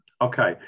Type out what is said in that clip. okay